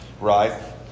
Right